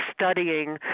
studying